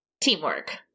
Teamwork